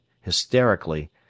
hysterically